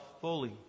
fully